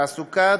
לתעסוקה,